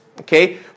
okay